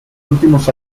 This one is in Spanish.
últimos